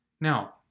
Now